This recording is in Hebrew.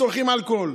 צורכים אלכוהול,